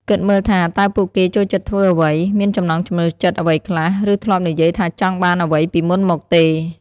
គិតមើលថា តើពួកគេចូលចិត្តធ្វើអ្វី? មានចំណង់ចំណូលចិត្តអ្វីខ្លះ? ឬធ្លាប់និយាយថាចង់បានអ្វីពីមុនមកទេ?។